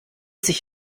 sich